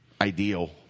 ideal